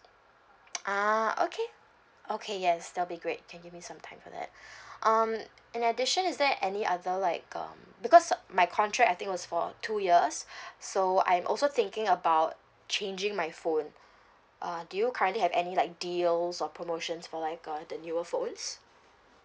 ah okay okay yes that'll be great can give me some time for that um in addition is there any other like um because my contract I think was for two years so I'm also thinking about changing my phone err do you currently have any like deals or promotions for like a the newer phones